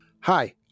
Hi